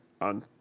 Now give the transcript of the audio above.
on